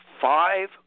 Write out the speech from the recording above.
five